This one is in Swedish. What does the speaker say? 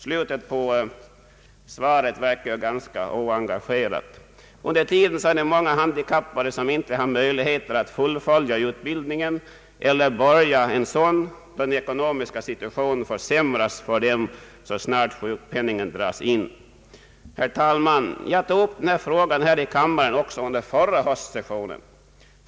Svaret verkar ganska oengagerat. Under tiden är det många handikappade som inte har möjlighet att fullfölja utbildningen eller att börja en sådan, då den ekonomiska situationen försämras för dem så snart sjukpenningen dras in. Herr talman! Jag tog upp denna fråga här i kammaren också under förra årets höstsession.